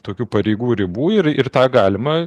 tokių pareigų ribų ir ir tą galima